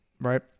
right